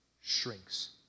shrinks